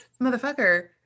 motherfucker